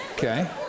Okay